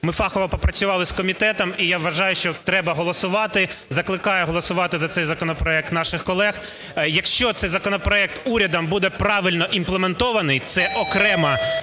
Ми фахово попрацювали з комітетом, і я вважаю, що треба голосувати, закликаю голосувати за цей законопроект наших колег. Якщо цей законопроект урядом буде правильно імплементований - це окрема,